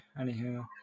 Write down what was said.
anywho